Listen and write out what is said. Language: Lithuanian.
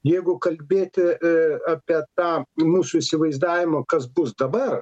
jeigu kalbėti e apie tą mūsų įsivaizdavimą kas bus dabar